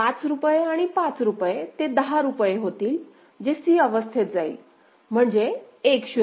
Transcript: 5 रुपये आणि 5 रुपये ते १० रुपये होतील जे c अवस्थेत जाईल म्हणजे 1 0